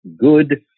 good